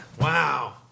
Wow